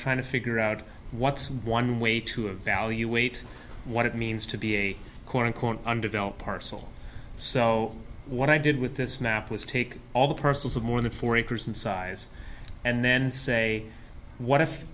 trying to figure out what's one way to evaluate what it means to be a corn corn undeveloped parcel so what i did with this map was take all the persons of more than four acres in size and then say what if